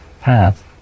path